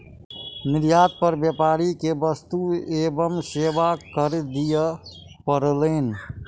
निर्यात पर व्यापारी के वस्तु एवं सेवा कर दिअ पड़लैन